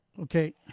Okay